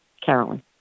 Carolyn